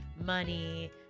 money